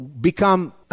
become